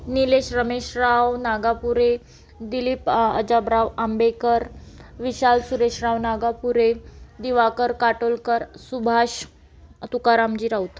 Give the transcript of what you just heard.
Nilesh Rameshrao Nagapure Dilip Ajabrao Ambekar Vishal Sureshrao Nagapure Diwakar Katolkar Subhash Tukaramji Raut